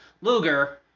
Luger